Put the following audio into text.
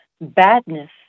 badness